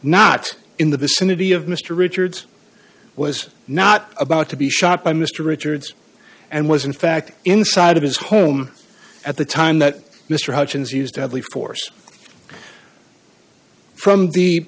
not in the vicinity of mr richards was not about to be shot by mr richards and was in fact inside his home at the time that mr hutchens use deadly force from the